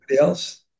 else